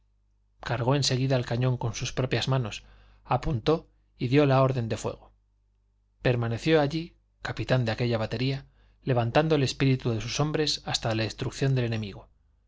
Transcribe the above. cargó en seguida el cañón con sus propias manos apuntó y dió la orden de fuego permaneció allí capitán de aquella batería levantando el espíritu de sus hombres hasta la destrucción del enemigo